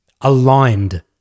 Aligned